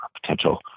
potential